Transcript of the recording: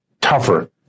tougher